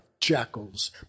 jackals